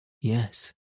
Yes